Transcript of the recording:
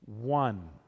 One